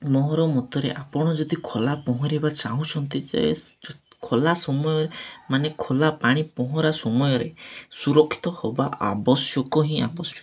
ମୋର ମତରେ ଆପଣ ଯଦି ଖୋଲା ପହଁରିବା ଚାହୁଁଛନ୍ତି ଖୋଲା ସମୟରେ ମାନେ ଖୋଲା ପାଣି ପହଁରା ସମୟରେ ସୁରକ୍ଷିତ ହେବା ଆବଶ୍ୟକ ହିଁ ଆବଶ୍ୟକ